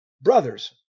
brothers